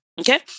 okay